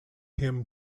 him